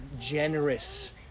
generous